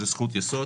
זו זכות יסוד